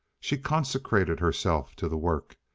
she consecrated herself to the work,